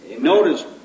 Notice